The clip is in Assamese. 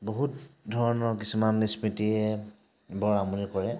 বহুত ধৰণৰ কিছুমান স্মৃতিয়ে বৰ আমনি কৰে